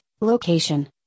Location